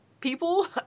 people